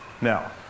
Now